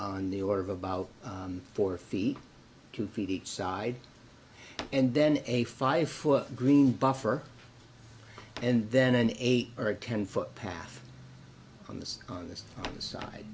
on the order of about four feet to feed each side and then a five foot green buffer and then an eight or ten foot path on this on this side